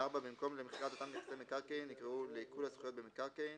(4)במקום "למכירת אותם נכסי מקרקעין" יקראו "לעיקול הזכויות במקרקעין,